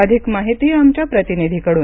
अधिक माहिती आमच्या प्रतिनिधी कडून